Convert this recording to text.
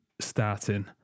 starting